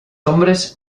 hombres